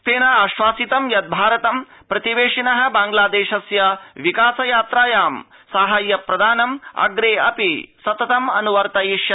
तेन आश्वासितं यद् भारतं प्रतिवेशिनः बांग्लादेश्य विकास यात्रायां साहाष्य प्रदानम् अप्रे अपि सततम् अनुवर्तयिष्यति